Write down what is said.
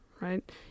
right